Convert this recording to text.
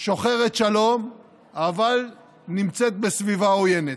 שוחרת שלום אבל נמצאת בסביבה עוינת.